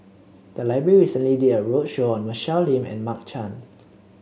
the library recently did a roadshow on Michelle Lim and Mark Chan